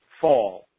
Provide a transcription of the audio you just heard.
fall